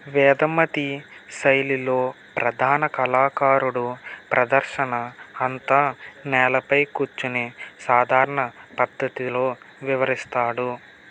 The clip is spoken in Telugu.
వేదమతి శైలిలో ప్రధానకళాకారుడు ప్రదర్శన అంతా నేలపై కూర్చుని సాధారణ పద్ధతిలో వివరిస్తాడు